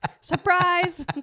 Surprise